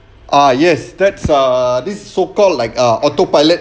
ah yes that's uh this is so called like a autopilot